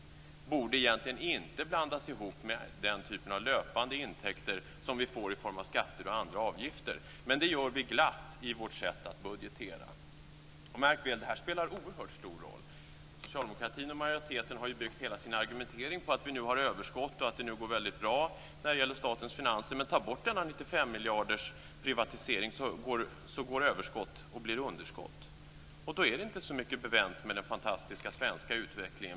Det borde egentligen inte blandas ihop med den typen av löpande intäkter som vi får i form av skatter och andra avgifter. Men det gör vi glatt i vårt sätt att budgetera. Märk väl att detta spelar oerhört stor roll. Socialdemokratin och majoriteten har ju byggt hela sin argumentering på att vi nu har överskott och att det nu går väldigt bra när det gäller statens finanser. Men om man tar bort denna 95 miljardersprivatisering så blir överskott underskott, och då är det inte så mycket bevänt med den fantastiska svenska utvecklingen.